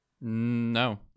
No